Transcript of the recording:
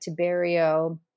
Tiberio